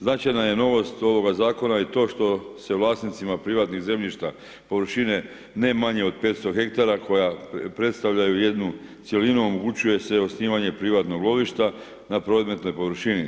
Značajna je novost ovoga zakon i to što se vlasnicima privatnih zemljišta površine ne manje od 500 ha koja predstavljaju jednu cjelinu, omogućuje se osnivanje privatnih lovišta na predmetnoj površini.